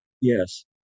yes